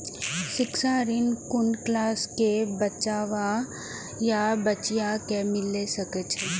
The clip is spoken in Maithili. शिक्षा ऋण कुन क्लास कै बचवा या बचिया कै मिल सके यै?